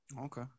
Okay